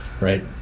right